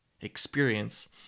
experience